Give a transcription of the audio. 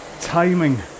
timing